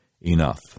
enough